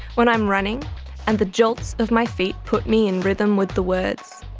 when i'm running and the jolts of my feet put me in rhythm with the words.